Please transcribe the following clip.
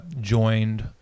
joined